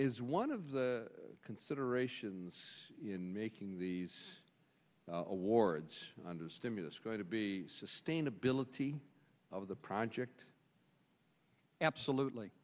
is one of the considerations in making these awards under stimulus going to be sustainability of the project absolutely